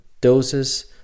doses